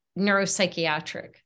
neuropsychiatric